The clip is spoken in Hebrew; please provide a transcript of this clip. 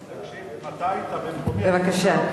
בבקשה.